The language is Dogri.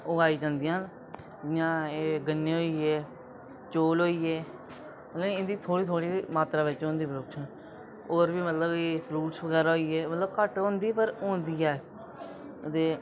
उगाई जंदियां न जि'यां एह् गन्ने होई गे चौल होई गे मतलब इं'दी थोह्ड़ी थोह्ड़ी मात्रा मात्रा बिच होंदी प्राडक्शन और बी मतलब कि फ्रूट बगैरा होई गे मतलब घट्ट होंदी पर होंदी ऐ ते